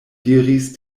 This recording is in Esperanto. diris